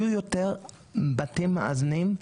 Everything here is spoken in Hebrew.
יהיו יותר בתים מאזנים,